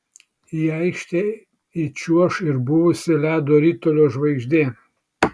į aikštę įčiuoš ir buvusi ledo ritulio žvaigždė